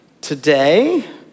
today